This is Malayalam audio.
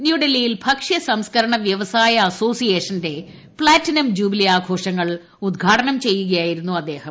ന്യൂഡൽഹിയിൽ ഭക്ഷ്യ സംസ്ക്കരണ വ്യവസായ അസ്സോസിയേഷന്റെ പ്പാറ്റിനം ജൂബിലി ആഘോഷങ്ങൾ ഉദ്ഘാടനം ചെയ്യുകയായിരുന്ന് അദ്ദേഹം